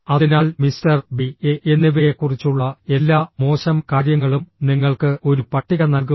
അതിനാൽ mister B A എന്നിവയെക്കുറിച്ചുള്ള എല്ലാ മോശം കാര്യങ്ങളും നിങ്ങൾക്ക് ഒരു പട്ടിക നൽകും